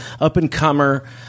Up-and-comer